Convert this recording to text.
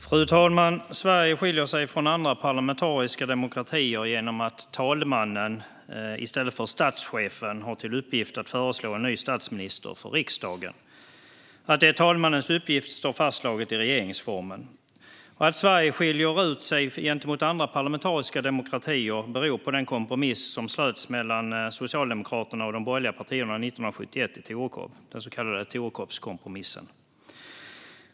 Fru talman! Sverige skiljer sig från andra parlamentariska demokratier genom att talmannen i stället för statschefen har till uppgift att föreslå en ny statsminister för riksdagen. Att det är talmannens uppgift står fastslaget i regeringsformen. Att Sverige skiljer ut sig gentemot andra parlamentariska demokratier beror på den kompromiss som slöts mellan Socialdemokraterna och de borgerliga partierna 1971 i Torekov, den så kallade Torekovskompromissen.